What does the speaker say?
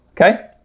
Okay